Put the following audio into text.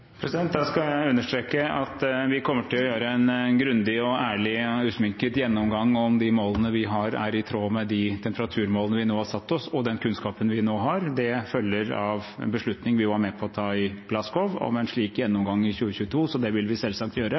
skal understreke at vi kommer til å gjøre en grundig, ærlig og usminket gjennomgang av om de målene vi har, er i tråd med de temperaturmålene vi nå har satt oss, og den kunnskapen vi nå har. Det følger av en beslutning vi jo var med på å ta i Glasgow om en slik gjennomgang i 2022, så det vil vi selvsagt gjøre.